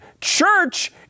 Church